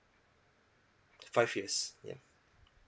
five years yup